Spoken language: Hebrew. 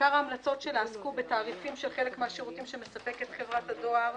עיקר המלצות שלה עסקו בתעריפים של חלק מהשירותים שמספקת חברת הדואר,